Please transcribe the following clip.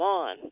on